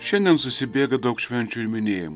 šiandien susibėga daug švenčių ir minėjimų